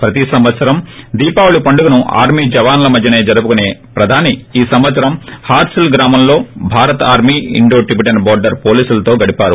ప్రతి సంవత్సరం దీపావళి పండుగను ఆర్మీ జవానుల మధ్య జరుపుకునే ప్రధాని ఈ సంవత్సరం హార్సిల్ గ్రామంలోని భారత ఆర్మీ ఇండో టెబిటెన్ బోర్గర్ పోలీసులతో గడిపారు